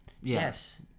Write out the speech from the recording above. Yes